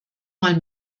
mal